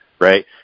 right